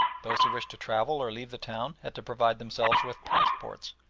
those who wished to travel or leave the town had to provide themselves with passports.